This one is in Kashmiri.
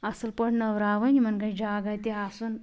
اصٕل پٲٹھۍ نٔوراوٕنۍ یِمن گژھہِ جگہ تہِ آسُن